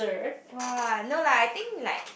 [wah] no lah I think like